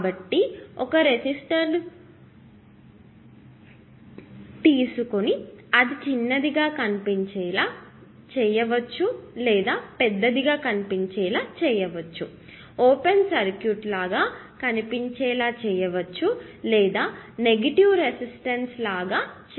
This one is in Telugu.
కాబట్టి ఒక రెసిస్టర్ను తీసుకొని అది చిన్నదిగా కనిపించేలా చేయవచ్చు పెద్దగా కనిపించేలా చేయవచ్చు ఓపెన్ సర్క్యూట్ లాగా కనిపించేలా చేయవచ్చు లేదా మీరు దానిని నెగిటివ్ రెసిస్టెన్స్ లాగా చేయవచ్చు